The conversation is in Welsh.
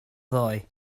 ddoe